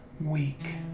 week